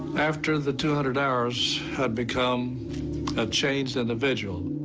after the two hundred hours had become a changed individual